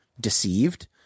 deceived